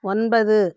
ஒன்பது